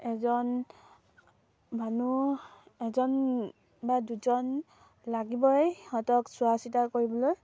এজন মানুহ এজন বা দুজন লাগিবই সিহঁতক চোৱা চিতা কৰিবলৈ